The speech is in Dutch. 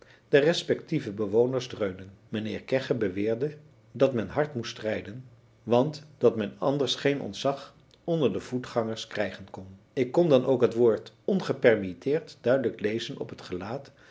der respectieve bewoners dreunen mijnheer kegge beweerde dat men hard moest rijden want dat men anders geen ontzag onder de voetgangers krijgen kon ik kon dan ook het woord ongepermitteerd duidelijk lezen op het gelaat